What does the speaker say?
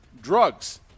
drugs